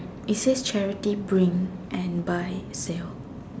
it says charity bring and buy sale